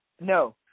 No